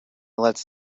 lets